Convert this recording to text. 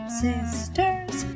sisters